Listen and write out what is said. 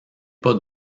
pas